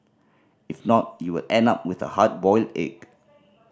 if not you will end up with a hard boiled egg